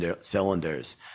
cylinders